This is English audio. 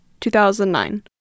2009